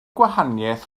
gwahaniaeth